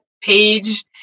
page